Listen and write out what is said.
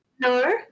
No